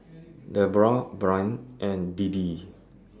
Debra Bryn and Deedee